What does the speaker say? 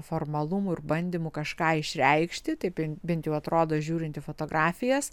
formalumų ir bandymų kažką išreikšti taip bent jau atrodo žiūrint į fotografijas